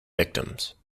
victims